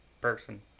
person